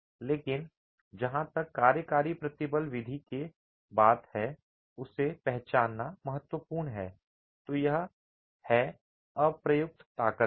लेकिन जहां तक कार्यकारी प्रतिबल विधिके की बात है उसे पहचानना महत्वपूर्ण है तो यह है कि अप्रयुक्त ताकत है